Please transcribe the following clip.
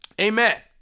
Amen